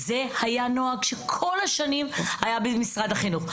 זה היה נוהג שכל השנים היה במשרד החינוך,